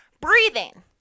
Breathing